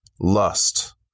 lust